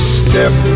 step